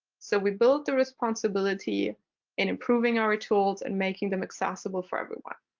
so we build the responsibility in improving our tools and making them accessible for everyone.